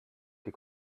die